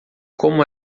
como